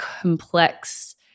complex